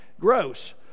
Gross